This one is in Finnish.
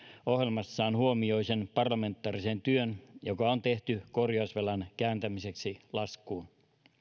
ohjelmassaan huomioi sen parlamentaarisen työn joka on tehty korjausvelan kääntämiseksi laskuun